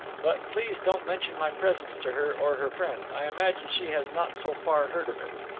but please don't mention my presence to her, or her friend. i imagine she has not so far heard of it.